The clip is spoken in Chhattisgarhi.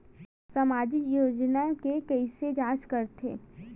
सामाजिक योजना के कइसे जांच करथे?